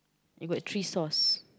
you got three source